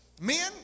Men